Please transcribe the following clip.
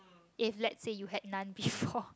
if let say you had none before